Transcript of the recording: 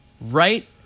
right